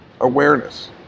awareness